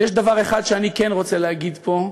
אבל יש דבר אחד שאני כן רוצה להגיד פה,